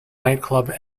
nightclub